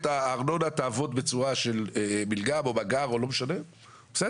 הארנונה תעבוד דרך מילגם או מגער - זה בסדר,